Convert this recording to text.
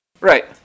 Right